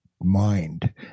mind